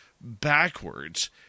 backwards